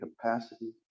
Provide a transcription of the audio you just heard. capacity